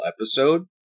episode